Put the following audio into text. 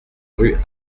rue